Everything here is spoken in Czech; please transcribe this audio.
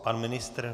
Pan ministr?